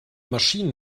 maschinen